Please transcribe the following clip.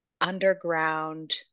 underground